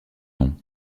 nom